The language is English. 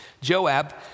Joab